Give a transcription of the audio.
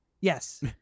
Yes